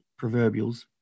proverbials